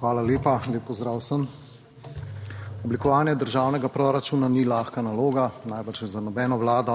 Hvala lepa. Lep pozdrav vsem! Oblikovanje državnega proračuna ni lahka naloga najbrž za nobeno vlado,